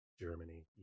Germany